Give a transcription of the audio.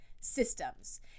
systems